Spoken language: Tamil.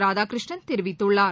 ராதாகிருஷ்ணன் தெரிவித்துள்ளார்